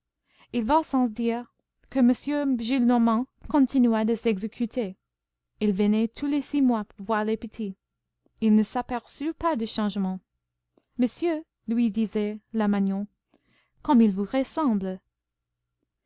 il va sans dire que m gillenormand continua de s'exécuter il venait tous les six mois voir les petits il ne s'aperçut pas du changement monsieur lui disait la magnon comme ils vous ressemblent